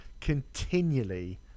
continually